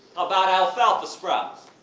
about alfalfa spouts?